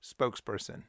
spokesperson